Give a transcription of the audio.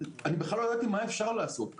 בכלל לא ידעתי מה אפשר לעשות אז.